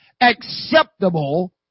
acceptable